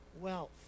wealth